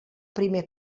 primer